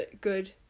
good